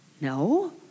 no